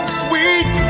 sweet